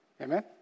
Amen